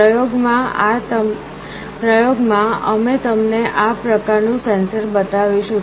પ્રયોગ માં અમે તમને આ પ્રકારનું સેન્સર બતાવીશું